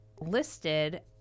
listed